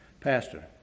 pastor